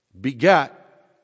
begat